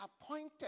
appointed